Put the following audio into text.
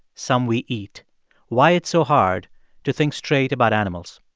some we eat why it's so hard to think straight about animals.